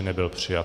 Nebyl přijat.